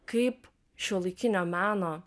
kaip šiuolaikinio meno